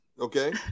Okay